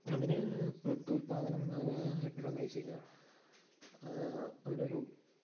അതിനു പ്രത്യുല്പാദനം പ്രോവൈ ചെയ്യുക ഓരോരു